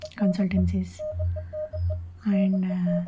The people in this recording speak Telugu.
consultancies and